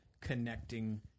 connecting